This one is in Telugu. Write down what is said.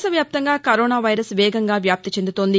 దేశ వ్యాప్తంగా కరోనా వైరస్ వేగంగా వ్యాప్తి చెందుతోంది